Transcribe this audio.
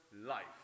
life